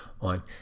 on